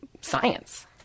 science